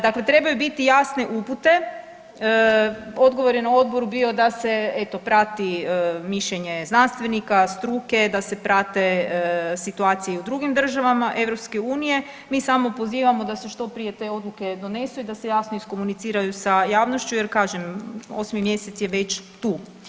Dakle trebaju biti jasne upute, odgovor je na odboru bio da se eto prati mišljenje znanstvenika, struke, da se prate situacije i u drugim državama EU, mi samo pozivamo da se što prije te odluke donesu i da se jasno iskomuniciraju sa javnošću jer kažem 8. mjesec je već tu.